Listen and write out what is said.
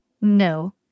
No